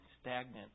stagnant